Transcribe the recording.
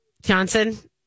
Johnson